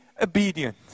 obedient